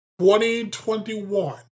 2021